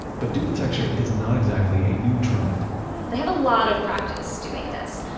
but duplitecture is not exactly a new trend they have a lot of practice doing this.